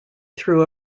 through